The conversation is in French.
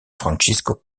francisco